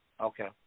Okay